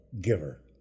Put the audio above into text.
giver